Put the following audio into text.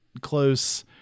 close